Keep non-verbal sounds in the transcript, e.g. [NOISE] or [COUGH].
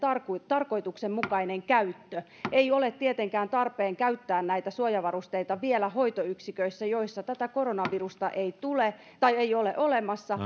tarkoituksenmukainen käyttö ei ole tietenkään tarpeen käyttää näitä suojavarusteita vielä niissä hoitoyksiköissä joissa koronavirusta ei ole olemassa [UNINTELLIGIBLE]